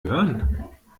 hören